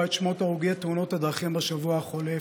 את שמות הרוגי תאונות הדרכים בשבוע החולף,